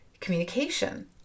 communication